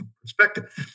perspective